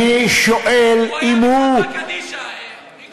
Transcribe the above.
אני שואל אם הוא, הוא היה בחברה קדישא, מיקי.